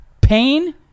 Pain